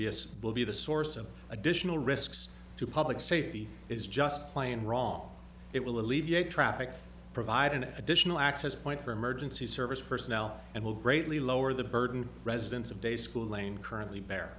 as will be the source of additional risks to public safety is just plain wrong it will alleviate traffic provide an additional access point for emergency service personnel and will greatly lower the burden residents of day school lane currently bear